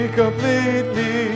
completely